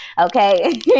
Okay